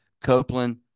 Copeland